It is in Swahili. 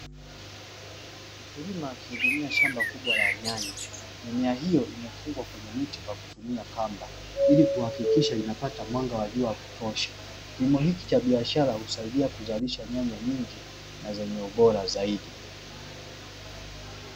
Mkulima akihudumia shamba kubwa la nyanya. Mimea hiyo imefungwa kwenye miti kwa kutumia kamba ili kuhakikisha inapata mwanga wa jua wa kutosha. Kilimo hiki cha biashara husaidia kuzalisha nyanya nyingi za biashara na zenye ubora zaidi.